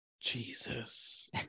Jesus